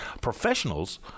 professionals